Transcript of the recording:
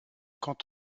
quand